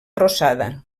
rosada